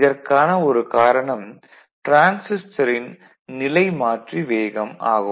இதற்கான ஒரு காரணம் டிரான்சிஸ்டரின் நிலைமாற்றி வேகம் ஆகும்